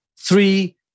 three